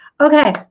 Okay